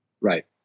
right